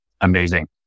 Amazing